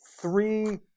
three